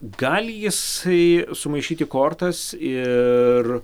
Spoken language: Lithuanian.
gali jisai sumaišyti kortas ir